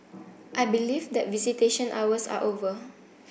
i believe that visitation hours are over